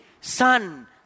Son